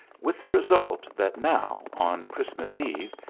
with the result that now, on christmas eve,